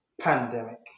pandemic